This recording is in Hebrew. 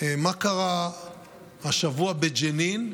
מה קרה השבוע בג'נין,